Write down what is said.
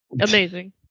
Amazing